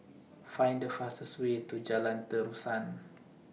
Find The fastest Way to Jalan Terusan